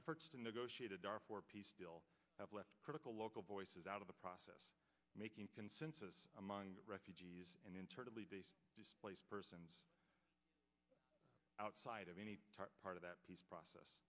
efforts to negotiate a darfur peace deal have left critical local voices out of the process making consensus among refugees and internally displaced persons outside of any part of that peace process